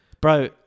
Bro